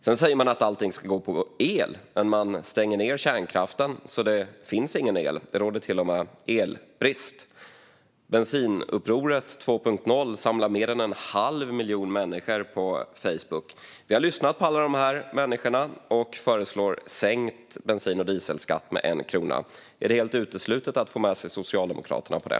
Man säger att allt ska gå på el men stänger ned kärnkraften så att det inte finns någon el. Det råder till och med elbrist. Bensinupproret 2.0 samlar mer än en halv miljon människor på Facebook. Moderaterna har lyssnat på dem och föreslår sänkt skatt på bensin och diesel med 1 krona. Är det helt uteslutet att få med Socialdemokraterna på det?